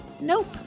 Nope